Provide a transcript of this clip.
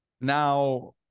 now